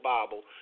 Bible